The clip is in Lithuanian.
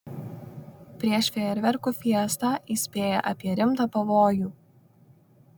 prieš fejerverkų fiestą įspėja apie rimtą pavojų